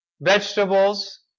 vegetables